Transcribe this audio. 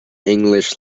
english